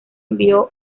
envió